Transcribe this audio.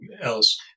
else